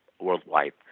worldwide